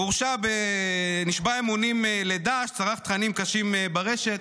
הוא נשבע אמונים לדאעש, צרך תכנים קשים ברשת.